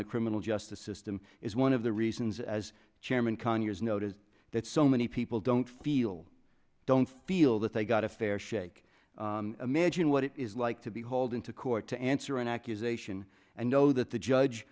the criminal justice system is one of the reasons as chairman conyers noted that so many people don't feel don't feel that they got a fair shake imagine what it is like to be hauled into court to answer an accusation and know that the